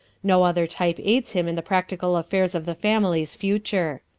no other type aids him in the practical affairs of the family's future.